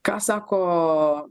ką sako